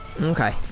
Okay